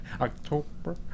October